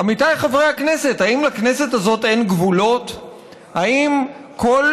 עמיתיי חברי הכנסת, האם לכנסת הזאת אין גבולות?